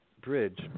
bridge